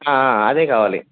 అదే కావాలి